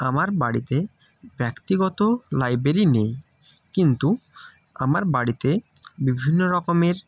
আমার বাড়িতে ব্যক্তিগত লাইব্রেরি নেই কিন্তু আমার বাড়িতে বিভিন্ন রকমের